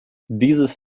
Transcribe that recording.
dieses